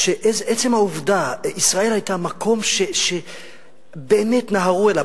עצם העובדה, ישראל היתה מקום שבאמת נהרו אליו.